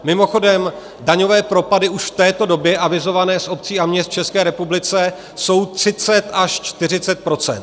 Mimochodem, daňové propady už v této době avizované z obcí a měst v České republice jsou 30 až 40 %.